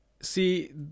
see